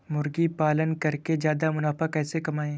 मुर्गी पालन करके ज्यादा मुनाफा कैसे कमाएँ?